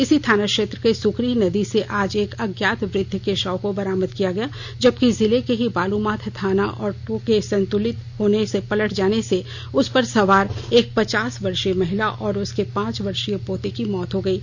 इसी थाना क्षेत्र के सुकरी नदी से आज एक अज्ञात वृद्ध के शव को बरामद किया गया जबकि जिले के ही बालूमाथ थाना ऑटो के असंतुलित होकर पलट जाने से उस पर सवार एक पचास वर्षीय महिला और उसके पांच वर्षीय पोते ही मौत हो गयी